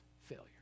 failure